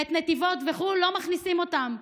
ואת נתיבות וכו' לא מכניסים אותם.